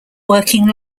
working